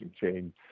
chain